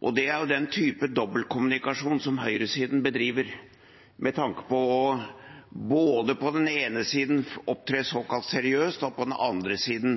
folk. Det er av den typen dobbeltkommunikasjon som høyresiden bedriver med tanke på at de på den ene siden opptrer såkalt seriøst og på den andre siden